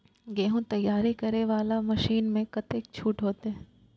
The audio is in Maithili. गेहूं तैयारी करे वाला मशीन में कतेक छूट होते?